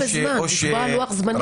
לקבוע לוח זמנים.